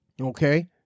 okay